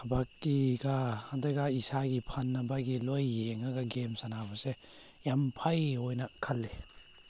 ꯊꯕꯛꯀꯤꯒ ꯑꯗꯨꯒ ꯏꯁꯥꯒꯤ ꯐꯅꯕꯒꯤ ꯂꯣꯏ ꯌꯦꯡꯂꯒ ꯒꯦꯝ ꯁꯥꯟꯅꯕꯁꯦ ꯌꯥꯝ ꯐꯩ ꯑꯣꯏꯅ ꯈꯜꯂꯦ